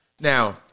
Now